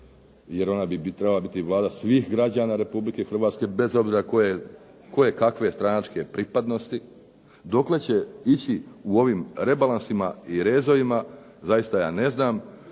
jer ona bi trebala biti Vlada svih građana Republike Hrvatske bez obzira tko je kakve stranačke pripadnosti, dokle će ići u ovim rebalansima i rezovima zaista je ne znam.